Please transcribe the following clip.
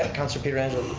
yeah councilor pietrangelo.